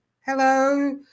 Hello